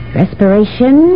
respiration